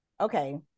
Okay